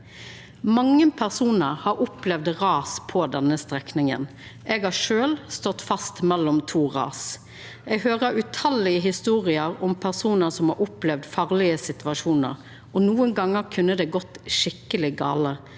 Mange personar har opplevd ras på denne strekninga. Eg har sjølv stått fast mellom to ras. Eg høyrer tallause historier om personar som har opplevd farlege situasjonar, og nokon gonger kunne det gått skikkeleg gale.